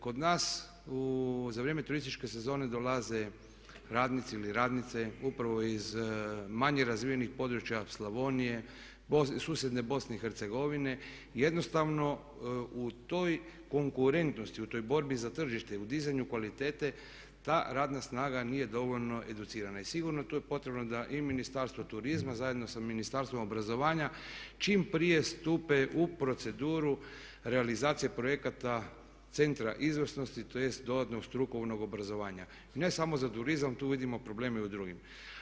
Kod nas za vrijeme turističke sezone dolaze radnici ili radnice upravo iz manjeg razvijenog područja, Slavonije, susjedne BIH, jednostavno u toj konkurentnosti, u toj borbi za tržište i u dizanju kvalitete, ta radna snaga nije dovoljno educirana i sigurno tu je potrebno da i Ministarstvo turizma zajedno sa Ministarstvom obrazovanja čim prije stupe u proceduru realizacije projekata centra izvrsnosti, tj. dodatnog strukovnog obrazovanja, ne samo za turizam, tu vidimo probleme i u drugima.